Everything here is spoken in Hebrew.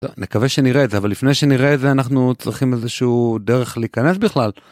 מקווה שנראה את זה אבל לפני שנראה את זה אנחנו צריכים איזשהו דרך להיכנס בכלל.